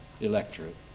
electorate